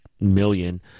million